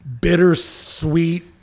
bittersweet